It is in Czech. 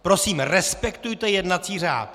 Prosím, respektujte jednací řád!